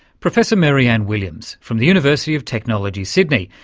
professor mary-anne williams from the university of technology sydney,